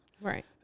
Right